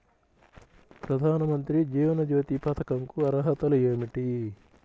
ప్రధాన మంత్రి జీవన జ్యోతి పథకంకు అర్హతలు ఏమిటి?